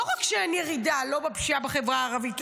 לא רק שאין ירידה בפשיעה בחברה הערבית,